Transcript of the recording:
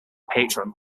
patron